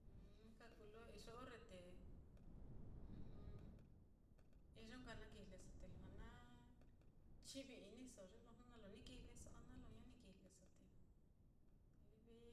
Na nka kuu lo iyo orre te iyo nka na kijleso, te lujua nachivi-iniso ye lo jnu nalo ni kijleso, a nalo ña ni kijleso te livi ye